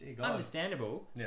Understandable